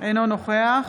אינו נוכח